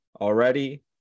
already